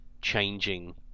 changing